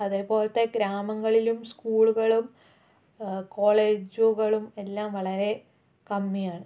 അതേപോലെത്തെ ഗ്രാമങ്ങളിലും സ്കൂളുകളും കോളേജുകളും എല്ലാം വളരെ കമ്മിയാണ്